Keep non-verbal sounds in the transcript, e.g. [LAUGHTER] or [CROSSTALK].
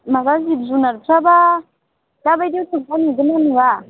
माबा जिब जुनारफ्राबा दाबायदियाव [UNINTELLIGIBLE] नुगोन ना नुनाया